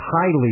highly